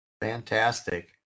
Fantastic